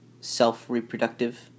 self-reproductive